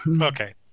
Okay